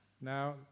now